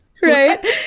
right